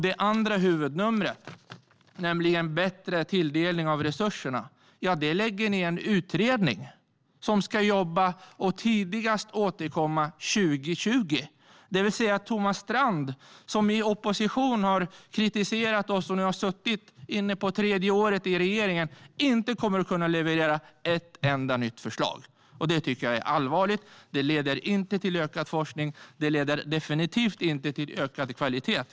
Det andra huvudnumret, nämligen bättre tilldelning av resurser, lägger ni i en utredning som ska jobba och återkomma tidigast 2020. Det vill säga att Thomas Strand, som i opposition har kritiserat oss och nu är inne på tredje året i regeringen, inte kommer att kunna leverera ett enda nytt förslag. Det tycker jag är allvarligt. Det leder inte till ökad forskning. Det leder definitivt inte till ökad kvalitet.